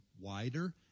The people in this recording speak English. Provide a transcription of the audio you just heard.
wider